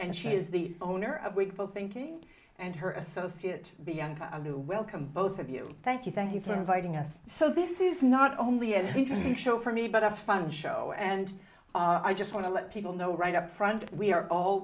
and she is the owner of we call thinking and her associate bianca lou welcome both of you thank you thank you for inviting us so this is not only an interesting show for me but a fun show and i just want to let people know right up front we are all